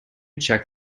check